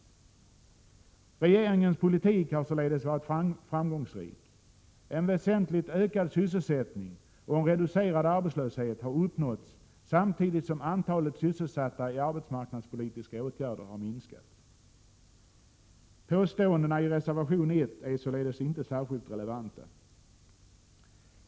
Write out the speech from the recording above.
Regeringens politik har således varit framgångsrik. En väsentligt ökad sysselsättning och en reducerad arbetslöshet har uppnåtts, samtidigt som Prot. 1987/88:99 antalet sysselsatta i arbetsmarknadspolitiska åtgärder har minskat. 13 april 1988 Påståendena i reservation 1 är således inte särskilt relevanta.